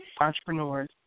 entrepreneurs